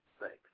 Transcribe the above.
Thanks